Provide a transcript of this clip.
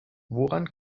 woran